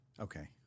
Okay